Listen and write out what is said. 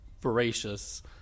voracious